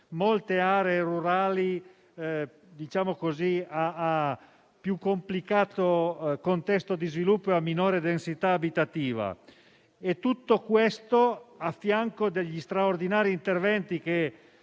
molte aree rurali a più complicato contesto di sviluppo e a minore densità abitativa. Tutto questo a fianco degli straordinari interventi che